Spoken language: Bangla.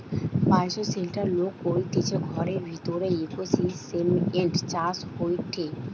বায়োশেল্টার লোক করতিছে ঘরের ভিতরের ইকোসিস্টেম চাষ হয়টে